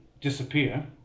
disappear